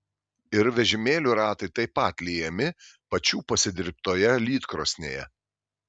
ir vežimėlių ratai taip pat liejami pačių pasidirbtoje lydkrosnėje